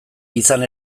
izan